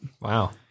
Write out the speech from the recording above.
Wow